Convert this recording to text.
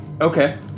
Okay